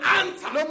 answer